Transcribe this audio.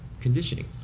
Conditioning